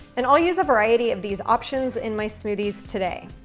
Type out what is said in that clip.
and i'll use a variety of these options in my smoothies today.